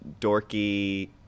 dorky